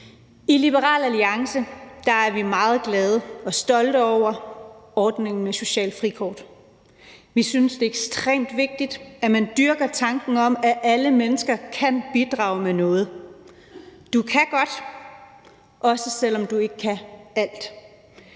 I Liberal Alliance er vi meget glade for og stolte over ordningen med et socialt frikort. Vi synes, at det er ekstremt vigtigt, at man dyrker tanken om, at alle mennesker kan bidrage med noget. Du kan godt, også selv om du ikke kan alt.